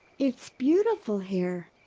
it's beautiful here!